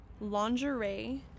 lingerie